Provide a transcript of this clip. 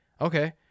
Okay